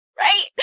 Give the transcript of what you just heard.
right